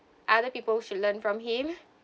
other people should learn from him